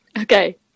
Okay